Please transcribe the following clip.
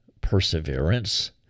perseverance